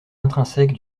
intrinsèques